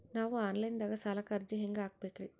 ನಾವು online ದಾಗ ಸಾಲಕ್ಕ ಅರ್ಜಿ ಹೆಂಗ ಹಾಕಬೇಕ್ರಿ?